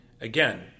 Again